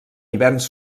hiverns